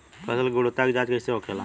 फसल की गुणवत्ता की जांच कैसे होखेला?